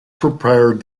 prepared